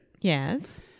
Yes